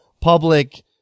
public